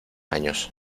años